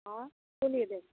હા બોલીએ બેન